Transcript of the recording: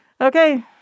Okay